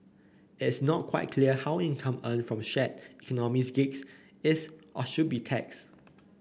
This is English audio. it is not quite clear how income earned from shared economy gigs is or should be taxed